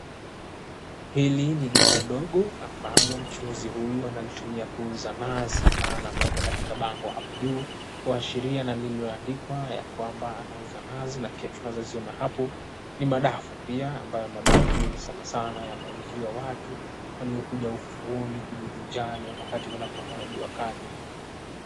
Hili ni duka dogo ambalo mchuuzi huyu analitumia kuuza nazi. Maana ameweka katika bango hapo juu kuashiria na lililoandikwa ya kwamba anauza nazi na pia tunazoziona hapo ni madafu pia ambayo madafu sanasana yanauziwa watu waliokuja ufuoni kujivinjari ama wakati kunapokuwa unajua kali.